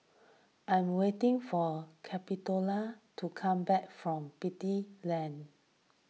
I am waiting for Capitola to come back from Beatty Lane